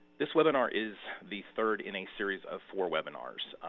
this webinar is the third in a series of four webinars.